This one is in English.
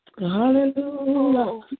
Hallelujah